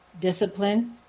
discipline